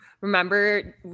Remember